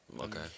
Okay